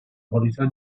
qualità